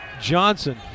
Johnson